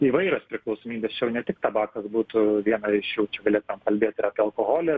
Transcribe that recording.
įvairios priklausomybės čia jau ne tik tabakas būtų viena iš jų čia galėtumėm kalbėt ir apie alkoholį